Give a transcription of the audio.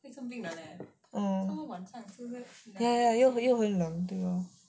mm ya lor ya ya ya 又很冷